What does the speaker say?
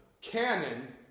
canon